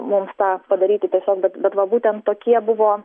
mums tą padaryti tiesiog bet va būtent tokie buvo